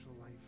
life